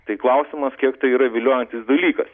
tai klausimas kiek tai yra viliojantis dalykas